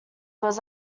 was